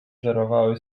żerowały